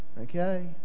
Okay